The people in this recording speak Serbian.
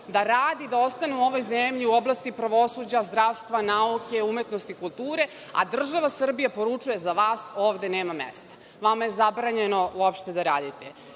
da radi da ostane u ovoj zemlji u oblasti pravosuđa, zdravstva, nauke, umetnosti, kulture, a država Srbija poručuje, za vas ovde nema mesta. Vama je zabranjeno uopšte da radite. Četiri